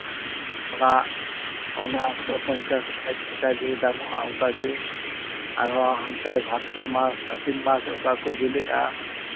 ᱚᱱᱟ ᱚᱱᱟ ᱠᱚᱫᱚ ᱯᱚᱸᱧᱪᱟᱥ ᱥᱟᱴ ᱴᱟᱠᱟ ᱜᱮ ᱫᱟᱢᱚᱜᱼᱟ ᱚᱱᱠᱟᱜᱮ ᱟᱨᱦᱚᱸ ᱦᱟᱱᱛᱮ ᱵᱟᱫᱽᱨᱚ ᱢᱟᱥ ᱟᱹᱥᱤᱱ ᱢᱟᱥ ᱚᱠᱟ ᱠᱚ ᱵᱤᱞᱤᱜᱼᱟ